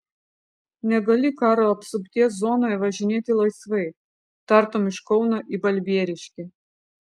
negali karo apsupties zonoje važinėti laisvai tartum iš kauno į balbieriškį